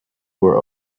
were